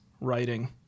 Writing